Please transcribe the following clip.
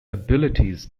abilities